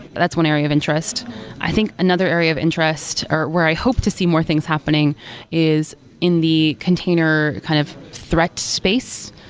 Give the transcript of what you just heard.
that's one area of interest i think another area of interest, or where i hope to see more things happening is in the container kind of threat space.